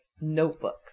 notebooks